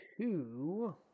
two